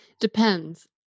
Depends